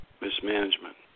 mismanagement